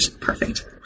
perfect